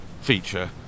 feature